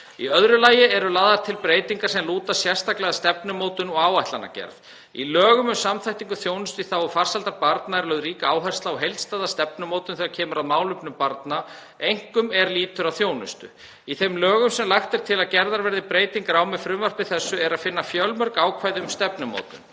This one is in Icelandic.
Í öðru lagi eru lagðar til breytingar sem lúta sérstaklega að stefnumótun og áætlanagerð. Í lögum um samþættingu þjónustu í þágu farsældar barna er lögð rík áhersla á heildstæða stefnumótun þegar kemur að málefnum barna, einkum er lýtur að þjónustu. Í þeim lögum sem lagt er til að gerðar verði breytingar á með frumvarpi þessu er að finna fjölmörg ákvæði um stefnumótun.